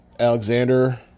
Alexander